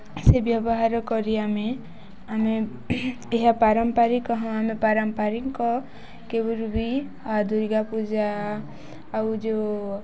ସେ ବ୍ୟବହାର କରି ଆମେ ଆମେ ଏହା ପାରମ୍ପାରିକ ହଁ ଆମେ ପାରମ୍ପାରିକ କେବେରେ ବି ଦୂର୍ଗାପୂଜା ଆଉ ଯେଉଁ